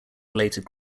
related